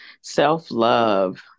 Self-love